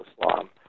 Islam